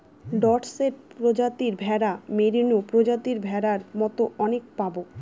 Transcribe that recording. Dorset প্রজাতির ভেড়া, merino প্রজাতির ভেড়ার মতো অনেক পাবো